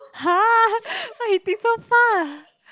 !huh! why he think so far